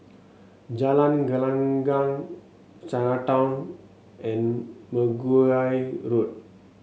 Jalan Gelenggang Chinatown and Mergui Road